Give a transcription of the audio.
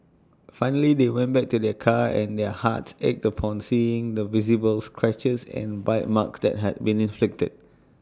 finally they went back to their car and their hearts ached upon seeing the visible scratches and bite marks that had been inflicted